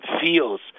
feels